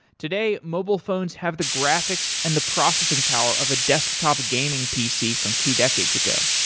today, mobile phones have the graphics and the processing power of a desktop gaming pc from two decades ago.